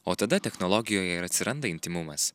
o tada technologijoje ir atsiranda intymumas